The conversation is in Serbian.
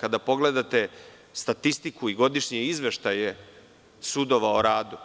Kada pogledate statistiku i godišnje izveštaje sudova o radu,